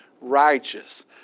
righteous